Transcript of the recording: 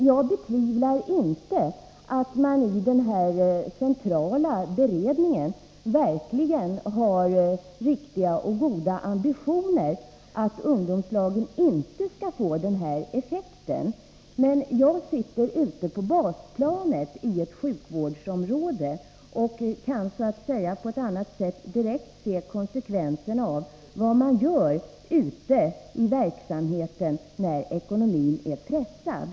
Jag betvivlar inte att man i den centrala beredningen har goda ambitioner att se till att ungdomslagen inte får den effekt som jag nämnde i mitt exempel, men jag arbetar ute på basplanet i ett sjukvårdsområde och kan på ett annat sätt se konsekvenserna av de åtgärder man vidtar i verksamheten när ekonomin är pressad.